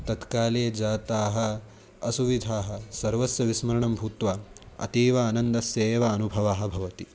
तत्काले जाताः असुविधाः सर्वस्य विस्मरणं भूत्वा अतीव आनन्दस्य एव अनुभवः भवति